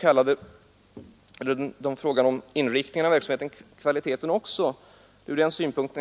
talade om inriktningen av verksamheten och även om kvaliteten, med anslutning till den reservation som där avgivits.